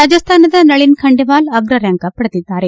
ರಾಜಸ್ತಾನದ ನಳಿನ್ ಖಂಡೇವಾಲ್ ಅಗ್ರ ರ್ಗಾಂಕ್ ಪಡೆದಿದ್ದಾರೆ